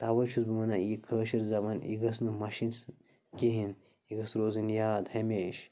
تَوَے چھُس بہٕ وَنان یہِ کٲشِر زبان یہِ گٔژھ نہٕ مَشِنۍ کِہیٖنۍ یہِ گٔژھ روزٕنۍ یاد ہمیشہِ